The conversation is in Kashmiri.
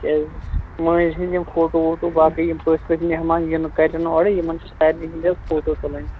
کیٛازِ مٲنٛزِ ہٕنٛدۍ یِم فوٗٹوٗ ووٗٹو باقٕے یِم پٔژھۍ ؤژھۍ میٚہمان یِن کَرن اوٗرٕ تہٕ یِمَن چھِ سارِنٕے ہِنٛدیٚن فوٗٹو تُلٕنۍ